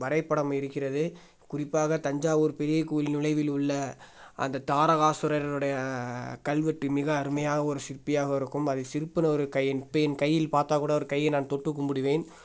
வரைப்படம் இருக்கிறது குறிப்பாக தஞ்சாவூர் பெரிய கோயில் நுழைவில் உள்ள அந்த தாரகாசுரர்ருடைய கல்வெட்டு மிக அருமையாக ஒரு சிற்பியாக இருக்கும் அதை சிற்பினவர் கையின் பென் கையில் பார்த்தாக்கூட அவரு கையை நான் தொட்டு கும்புடுவேன்